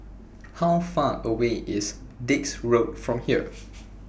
How Far away IS Dix Road from here